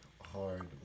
hard